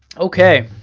okay,